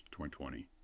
2020